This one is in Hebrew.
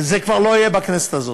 וזה כבר לא יהיה בכנסת הזאת.